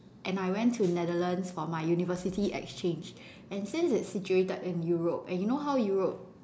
and I went to Netherlands for my university exchange and since it's situated in Europe and you know how Europe